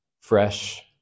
fresh